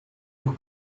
por